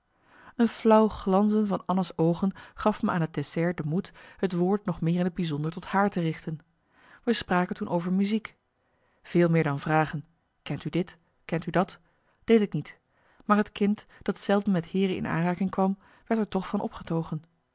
een flauw glanzen van anna's oogen gaf me aan het dessert de moed het woord nog meer in t bijzonder tot haar te richten wij spraken toen over muziek veel meer dan vragen kent u dit kent u marcellus emants een nagelaten bekentenis dat deed ik niet maar het kind dat zelden met heeren in aanraking kwam werd er toch van opgetogen